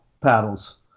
paddles